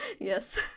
yes